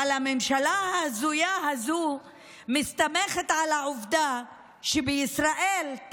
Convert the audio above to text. אבל הממשלה ההזויה הזו מסתמכת על העובדה שבישראל,